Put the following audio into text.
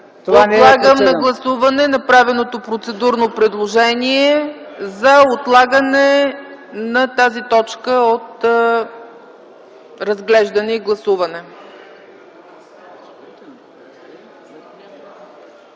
Подлагам на гласуване направеното процедурно предложение за отлагане на тази точка от разглеждане и гласуване.